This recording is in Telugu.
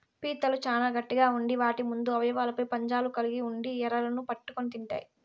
పీతలు చానా గట్టిగ ఉండి వాటి ముందు అవయవాలపై పంజాలు కలిగి ఉండి ఎరలను పట్టుకొని తింటాయి